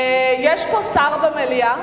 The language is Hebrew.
יש פה שר במליאה?